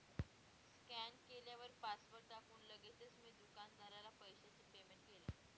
scan केल्यावर password टाकून लगेचच मी दुकानदाराला पैशाचं पेमेंट केलं